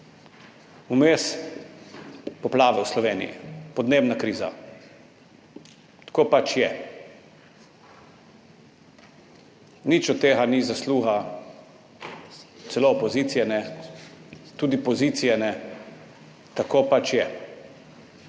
vmes poplave v Sloveniji, podnebna kriza. Tako pač je. Nič od tega ni zasluga opozicije, tudi pozicije ne, tako pač je.